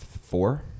four